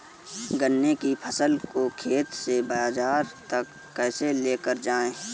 गन्ने की फसल को खेत से बाजार तक कैसे लेकर जाएँ?